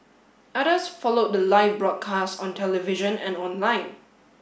others followed the live broadcast on television and online